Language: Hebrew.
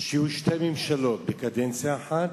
שיהיו שתי ממשלות בקדנציה אחת